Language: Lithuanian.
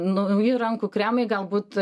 nauji rankų kremai galbūt